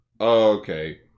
Okay